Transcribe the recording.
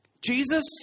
Jesus